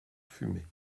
fumait